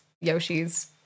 Yoshi's